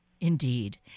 Indeed